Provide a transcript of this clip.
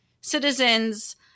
citizens